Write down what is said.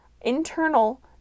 internal